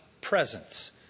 presence